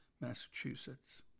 Massachusetts